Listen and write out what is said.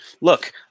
look